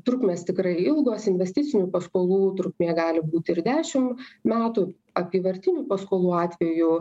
trukmės tikrai ilgos investicinių paskolų trukmė gali būti ir dešim metų apyvartinių paskolų atveju